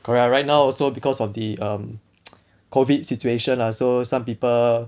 correct right now also because of the um COVID situation ah so some people